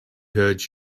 hurt